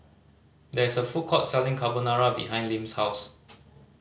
there is a food court selling Carbonara behind Lim's house